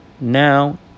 now